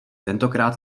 tentokrát